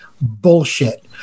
Bullshit